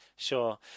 Sure